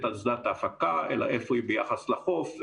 אסדת ההפקה אלא איפה היא ביחס לחוף,